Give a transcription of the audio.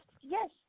yes